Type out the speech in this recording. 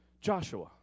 Joshua